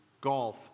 golf